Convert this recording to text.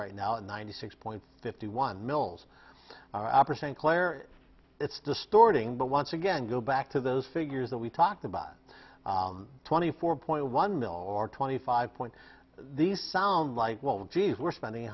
right now at ninety six points fifty one mills percent claire it's distorting but once again go back to those figures that we talked about twenty four point one million or twenty five point these sound like won't g s we're spending